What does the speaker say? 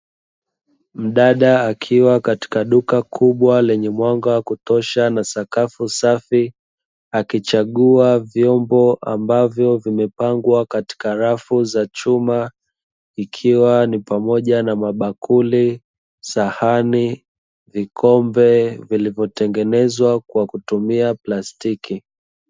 Mdada akiwa katika duka kubwa lenye mwanga kutosha na sakafu safi. Akichagua vyombo ambavyo vimepangwa katika rafu za chuma, ikiwa ni pamoja na: mabakuli, sahani, vikombe; vilivyotengenezwa kwa kutumia plastiki.